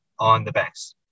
OnTheBanks